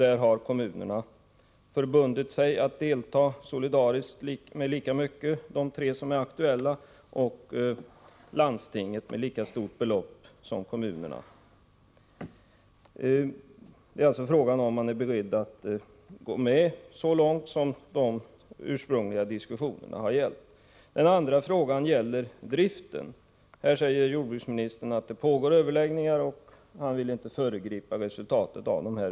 De tre kommuner som är aktuella har förbundit sig att delta solidariskt med lika mycket pengar, och landstinget deltar också med lika stort belopp som kommunerna. Frågan är alltså om staten är beredd att gå med så långt som de ursprungliga diskussionerna har gällt. Den andra frågan gäller driften. Här säger jordbruksministern att det pågår överläggningar och att han inte vill föregripa resultatet av dem.